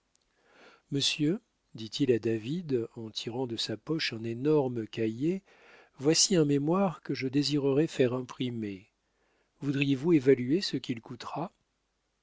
monsieur dit-il à david en tirant de sa poche un énorme cahier voici un mémoire que je désirerais faire imprimer voudriez-vous évaluer ce qu'il coûtera